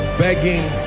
begging